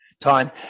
time